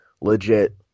legit